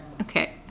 Okay